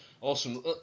Awesome